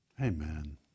Amen